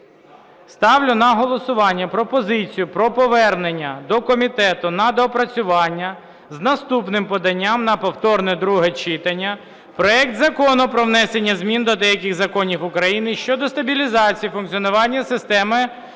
Ставлю на голосування пропозицію про повернення до комітету на доопрацювання з наступним поданням на повторне друге читання проект Закону про внесення змін до деяких законів України щодо стабілізації функціонування системи